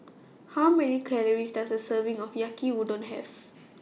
How Many Calories Does A Serving of Yaki Udon Have